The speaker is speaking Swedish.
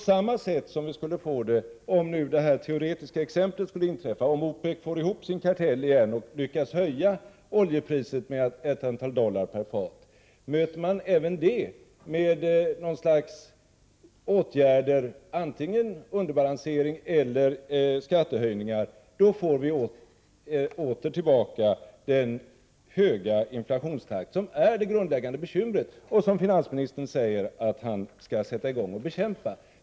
Det blir på samma sätt om nu det teoretiska skulle inträffa, alltså om OPEC får ihop sin kartell igen och lyckas höja oljepriset med ett antal dollar per fat. Möter man det med underbalansering eller skattehöjningar, då får vi tillbaka den höga inflationstakt som är det grundläggande bekymret och som finansministern säger att han skall sätta i gång att bekämpa.